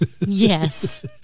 Yes